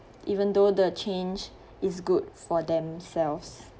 even though the change is good for themselves